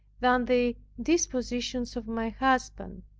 than the indispositions of my husband.